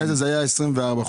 לפני 2016 זה היה 24 חודשים,